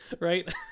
right